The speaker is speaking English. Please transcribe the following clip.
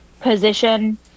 position